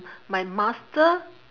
my master